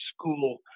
school